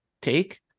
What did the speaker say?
take